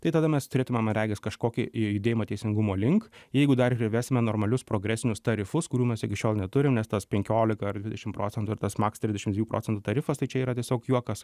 tai tada mes turėtume regis kažkokį judėjimą teisingumo link jeigu dar ir įvesime normalius progresinius tarifus kurių mes iki šiol neturime nes tas penkiolika ar dvidešim procentų ir tas max trisdešim dviejų procentų tarifas tai čia yra tiesiog juokas